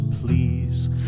please